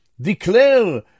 declare